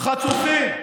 חצופים.